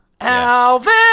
alvin